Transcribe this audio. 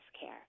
care